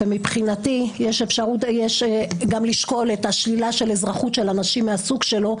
ומבחינתי יש גם לשקול שלילה של אזרחות של אנשים מהסוג שלו,